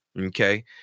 okay